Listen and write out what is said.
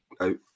out